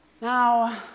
Now